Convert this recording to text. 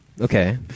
Okay